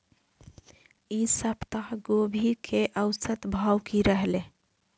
ई सप्ताह गोभी के औसत भाव की रहले?